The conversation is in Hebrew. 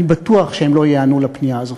אני בטוח שהם לא ייענו לפנייה הזאת,